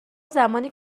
زمانی